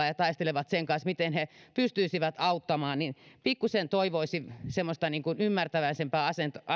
ja ja taistelevat sen kanssa miten he pystyisivät auttamaan niin pikkusen toivoisin ymmärtäväisempää